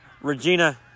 Regina